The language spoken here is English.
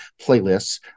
playlists